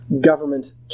government